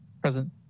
Present